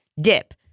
Dip